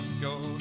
go